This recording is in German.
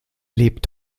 lebt